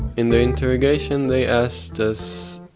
in the interrogation they asked us,